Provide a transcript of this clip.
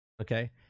Okay